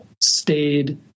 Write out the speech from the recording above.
stayed